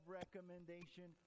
recommendation